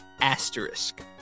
Asterisk